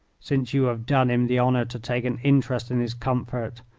since you have done him the honour to take an interest in his comfort.